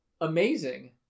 amazing